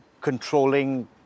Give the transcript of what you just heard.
controlling